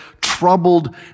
troubled